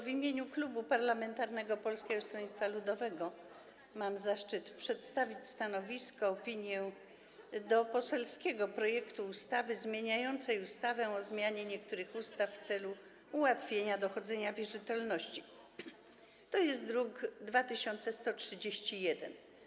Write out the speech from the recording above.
W imieniu Klubu Parlamentarnego Polskiego Stronnictwa Ludowego mam zaszczyt przedstawić stanowisko, opinię o poselskim projekcie ustawy zmieniającej ustawę o zmianie niektórych ustaw w celu ułatwienia dochodzenia wierzytelności, druk nr 2131.